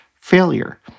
failure